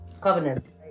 covenant